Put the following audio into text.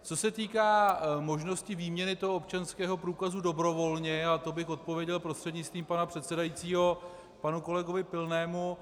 Co se týká možnosti výměny občanského průkazu dobrovolně, a to bych odpověděl prostřednictvím pana předsedajícího panu kolegovi Pilnému.